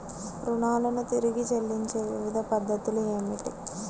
రుణాలను తిరిగి చెల్లించే వివిధ పద్ధతులు ఏమిటి?